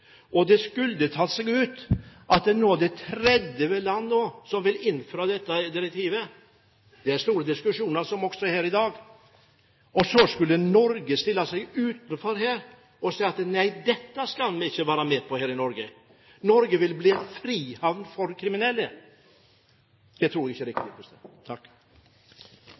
politiet. Det skulle tatt seg ut når det er 30 land som vil innføre direktivet – der er det også store diskusjoner, som her i dag – at Norge stiller seg utenfor og sier: Dette skal vi ikke være med på i Norge. Norge vil bli en frihavn for kriminelle. Det tror jeg ikke er det